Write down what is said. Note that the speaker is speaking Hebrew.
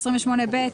סעיף 28ב,